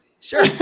Sure